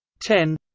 ten